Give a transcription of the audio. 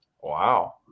Wow